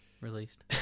released